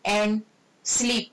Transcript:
and sleep